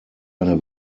eine